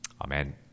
Amen